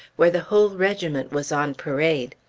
where the whole regiment was on parade.